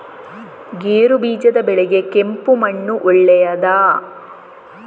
ಗೇರುಬೀಜದ ಬೆಳೆಗೆ ಕೆಂಪು ಮಣ್ಣು ಒಳ್ಳೆಯದಾ?